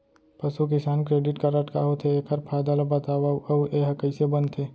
पसु किसान credit card का होथे, एखर फायदा ला बतावव अऊ एहा कइसे बनथे?